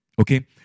Okay